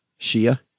Shia